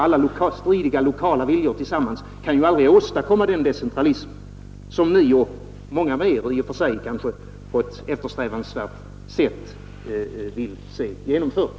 Alla stridiga lokala viljor tillsammans kan ju aldrig åstadkomma den decentralism som ni och många med er — i och för sig kanske helt riktigt — vill se genomförd.